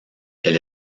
elle